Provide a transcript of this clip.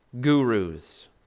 gurus